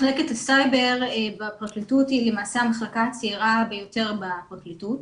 מחלקת הסייבר בפרקליטות היא למעשה המחלקה הצעירה ביותר בפרקליטות,